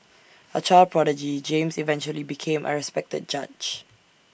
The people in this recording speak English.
A child prodigy James eventually became A respected judge